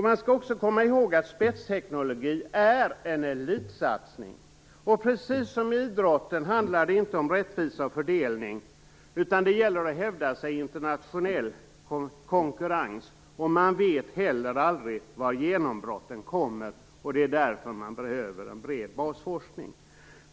Man skall också komma ihåg att spetsteknologi är en elitsatsning. Precis som i idrotten handlar det inte om rättvisa och fördelning, utan det gäller att hävda sig i den internationella konkurrensen. Man vet heller aldrig var genombrotten kommer, och därför behöver man en bred basforskning.